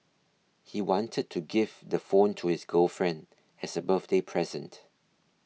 he wanted to give the phone to his girlfriend as a birthday present